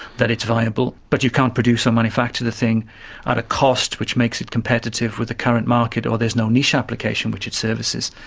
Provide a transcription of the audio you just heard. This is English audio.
that it's viable, but you can't produce or manufacture the thing at a cost which makes it competitive with the current market or there's no niche application which it services,